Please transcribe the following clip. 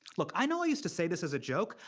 look, i know i used to say this as a joke,